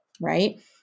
Right